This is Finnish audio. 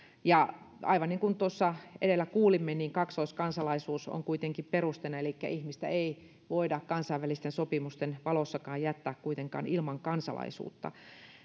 ja aivan niin kuin tuossa edellä kuulimme kaksoiskansalaisuus on kuitenkin perusteena elikkä ihmistä ei voida kansainvälisten sopimusten valossakaan jättää kuitenkaan ilman kansalaisuutta